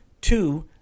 Two